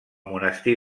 monestir